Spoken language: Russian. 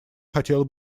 хотела